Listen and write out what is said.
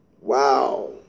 Wow